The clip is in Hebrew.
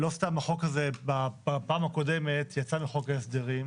לא סתם החוק הזה בפעם הקודמת יצא מחוק ההסדרים.